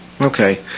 Okay